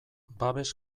babes